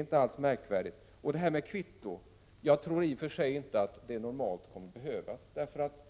inte alls märkvärdigt. Kvitto tror jag inte normalt kommer att behövas.